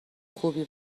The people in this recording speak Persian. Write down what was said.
خوبی